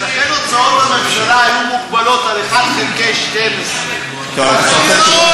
ולכן הוצאות הממשלה היו מוגבלות ל-1 חלקי 12. אז הגירעון,